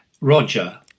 Roger